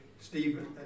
Stephen